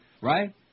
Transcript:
Right